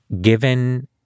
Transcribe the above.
given